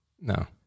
No